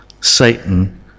satan